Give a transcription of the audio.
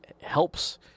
helps